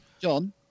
John